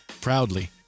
proudly